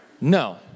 No